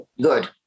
good